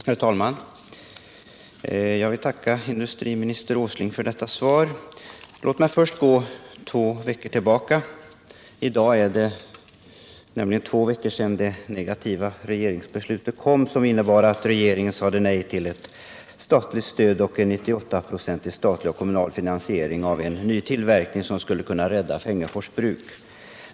Herr talman! Jag vill tacka industriminister Åsling för hans svar. Låt mig först gå två veckor tillbaka; i dag är det nämligen två veckor sedan det negativa regeringsbeslutet kom att regeringen sade nej till ett statligt stöd och en 98-procentig statlig och kommunal finansiering av en ny tillverkning som skulle kunna rädda Fengersfors Bruk.